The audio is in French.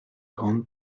grande